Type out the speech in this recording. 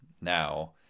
now